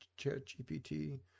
ChatGPT